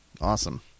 Awesome